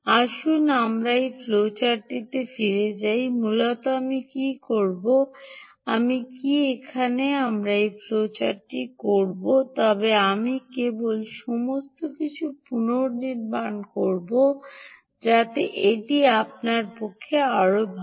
আসুন আমরা এই ফ্লোচার্টটিতে ফিরে যাই মূলত আমি কী করব আমি কি এখানে আমার এই ফ্লোচার্টটি করব তবে আমি কেবল সমস্ত কিছু পুনর্নির্মাণ করব যাতে এটি আপনার পক্ষে আরও ভাল